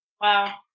Wow